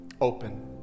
open